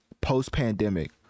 post-pandemic